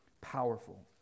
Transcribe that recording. powerful